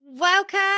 Welcome